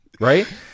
Right